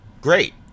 great